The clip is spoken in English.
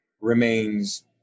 remains